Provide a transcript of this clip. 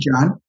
John